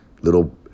little